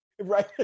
right